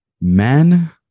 Men